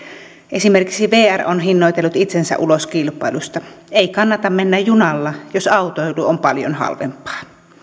esimerkiksi vr on hinnoitellut itsensä ulos kilpailusta ei kannata mennä junalla jos autoilu on paljon halvempaa